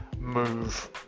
move